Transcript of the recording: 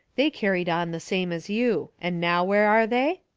they carried on the same as you. and now where are they?